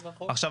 עכשיו,